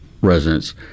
residents